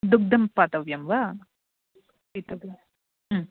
दुग्धं पातव्यं वा